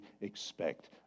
expect